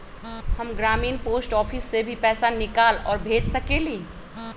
हम ग्रामीण post office से भी पैसा निकाल और भेज सकेली?